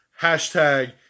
Hashtag